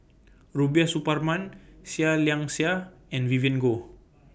Rubiah Suparman Seah Liang Seah and Vivien Goh